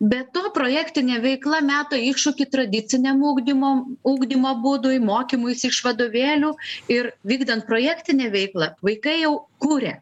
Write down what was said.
be to projektinė veikla meta iššūkį tradiciniam ugdymo ugdymo būdui mokymuisi iš vadovėlių ir vykdant projektinę veiklą vaikai jau kuria